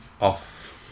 off